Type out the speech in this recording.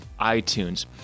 iTunes